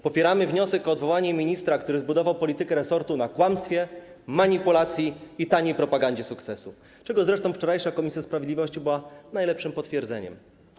Popieramy wniosek o odwołanie ministra, który zbudował politykę resortu na kłamstwie, manipulacji i taniej propagandzie sukcesu, czego zresztą wczorajsze posiedzenie komisji sprawiedliwości było najlepszym potwierdzeniem.